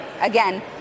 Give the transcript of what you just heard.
again